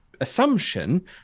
assumption